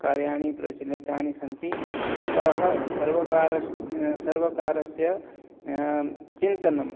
कार्याणि प्रचलितानि सन्ति अतः सर्वकारस् सर्वकारस्य चिन्तनम्